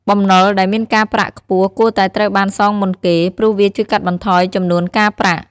បំណុលដែលមានការប្រាក់ខ្ពស់គួរតែត្រូវបានសងមុនគេ ព្រោះវាជួយកាត់បន្ថយចំនួនការប្រាក់។